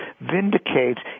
vindicates